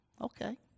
Okay